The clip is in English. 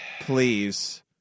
please